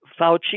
Fauci